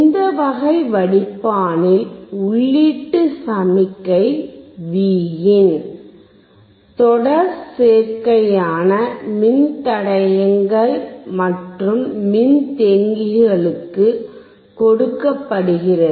இந்த வகை வடிப்பானில் உள்ளீட்டு சமிஞை Vin தொடர் சேர்க்கையான மின்தடையங்கள் மற்றும் மின்தேக்கிகளுக்கு கொடுக்கப்படுகிறது